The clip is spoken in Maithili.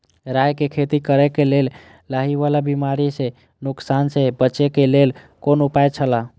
राय के खेती करे के लेल लाहि वाला बिमारी स नुकसान स बचे के लेल कोन उपाय छला?